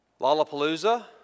Lollapalooza